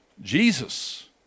Jesus